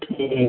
ठीक